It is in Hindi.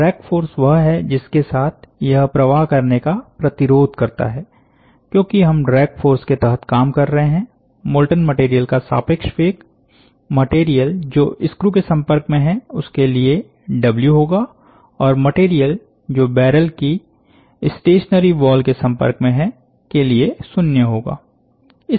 ड्रैग फोर्स वह है जिसके साथ यह प्रवाह करने का प्रतिरोध करता है क्योंकि हम ड्रैग फोर्स के तहत काम कर रहे हैं मोल्टन मटेरियल का सापेक्ष वेग मटेरियल जो स्क्रू के संपर्क में है उसके लिए डब्ल्यू होगा और मटेरियल जो बैरल की स्टेशनरी वॉल के संपर्क में है के लिए शून्य होगा